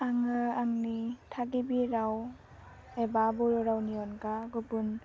आङो आंनि थागिबि राव एबा बर' रावनि अनगा गुबुन